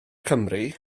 cymru